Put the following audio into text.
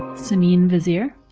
simine vazire.